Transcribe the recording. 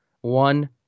one